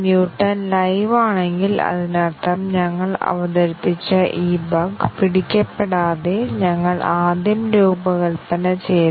coverage അടിസ്ഥാനമാക്കിയുള്ള പരിശോധനയിലൂടെ നിങ്ങൾ എന്താണ് മനസ്സിലാക്കുന്നത് എന്നതാണ് ആദ്യത്തെ ചോദ്യം